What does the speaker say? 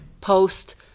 post